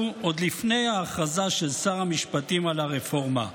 עוד לפני ההכרזה של שר המשפטים על הרפורמה,